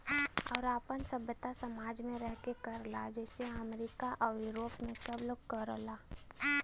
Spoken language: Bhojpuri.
आउर आपन सभ्यता समाज मे रह के करला जइसे अमरीका आउर यूरोप मे सब लोग करला